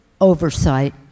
oversight